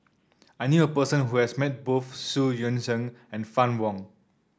I knew a person who has met both Xu Yuan Zhen and Fann Wong